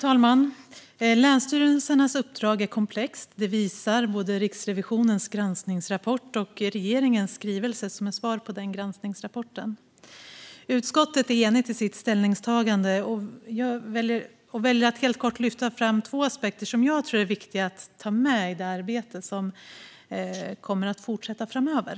Fru talman! Länsstyrelsernas uppdrag är komplext. Det visar både Riksrevisionens granskningsrapport och regeringens skrivelse som är ett svar på granskningsrapporten. Utskottet är enigt i sitt ställningstagande, och jag väljer att helt kort lyfta fram två aspekter som jag tror är viktiga att ta med i det arbete som kommer att fortsätta framöver.